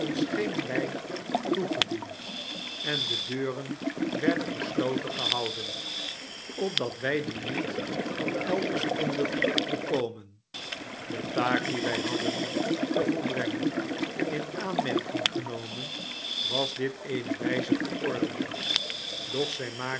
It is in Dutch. geen wyn toegediend en de deuren werden gesloten gehouden opdat wy die niet van elders konden bekomen de taak die wy hadden te volbrengen in aanmerking genomen was dit eene wyzeverordening doch zy